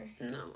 No